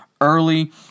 early